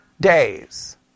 days